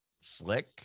slick